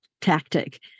tactic